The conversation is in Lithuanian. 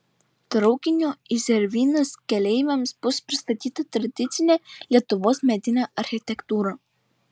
traukinio į zervynas keleiviams bus pristatyta tradicinė lietuvos medinė architektūra